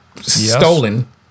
stolen